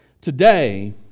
Today